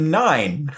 nine